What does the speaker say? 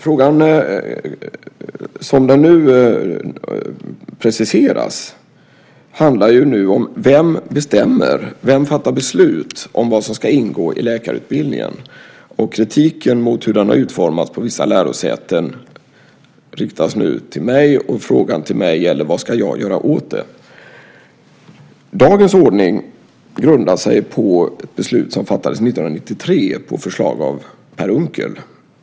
Frågan, som den nu preciseras, handlar om vem som fattar beslut om vad som ska ingå i läkarutbildningen. Kritiken mot hur den har utformats på vissa lärosäten riktas nu till mig. Frågan till mig gäller vad jag ska göra åt det. Dagens ordning grundar sig på ett beslut som fattades 1993 på förslag av Per Unckel.